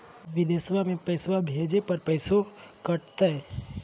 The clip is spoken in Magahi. बिदेशवा मे पैसवा भेजे पर पैसों कट तय?